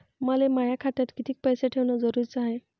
मले माया खात्यात कितीक पैसे ठेवण जरुरीच हाय?